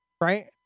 Right